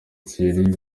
thierry